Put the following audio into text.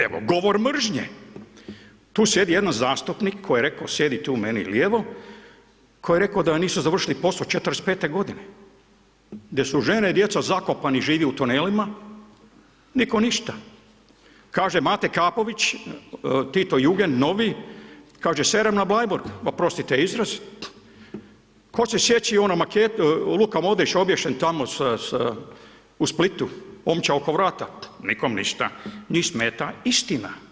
Evo, govor mržnje, tu sjedi jedan zastupnik koji je rekao sjedi tu meni lijevo, koji je rekao da nisu završili posao '45. g., gdje su žene i djeca zakopani, žive u tunelima, nitko ništa. kaže Mate Kapović, Tito jugend novi, kaže serem na Bleiburg, oprostite izraz, tko se sjeća one makete Luka Modrić obješen tamo u Splitu, omča oko vrata, niko ništa, njih smeta istina.